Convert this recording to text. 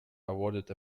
awarded